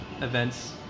events